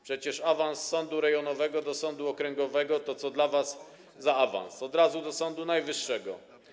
Przecież awans z sądu rejonowego do sądu okręgowego to co to dla was za awans, od razu trzeba do Sądu Najwyższego.